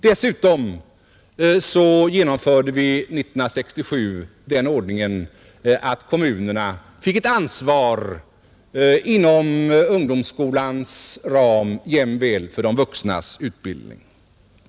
Dessutom genomförde vi 1967 den ordningen att kommunerna fick ett ansvar inom ungdomsskolans ram jämväl för de vuxnas utbildning.